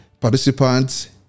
participants